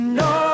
no